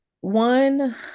one